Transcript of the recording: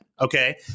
Okay